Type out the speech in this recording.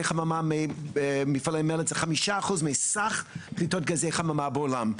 חממה במפעלי מלט זה חמישה אחוז מסך פליטות גזי חממה בעולם,